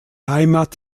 heimat